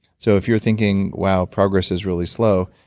so if you're thinking, wow, progress is really slow,